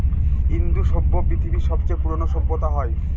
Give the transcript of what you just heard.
ইন্দু সভ্য পৃথিবীর সবচেয়ে পুরোনো সভ্যতা হয়